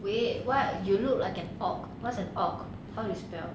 wait what you look like an orc what's an orc how to spell